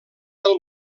del